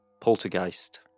Poltergeist